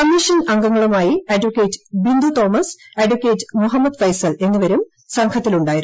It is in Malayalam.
കമ്മീഷൻ അംഗങ്ങളായി അഡക്കേറ്റ് ബിന്ദു തോമസ് അഡ്വക്കേറ്റ് മുഹമ്മദ് ഫൈസൽ എന്നിവരും സംഘത്തിലുണ്ടായിരുന്നു